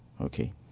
okay